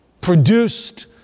produced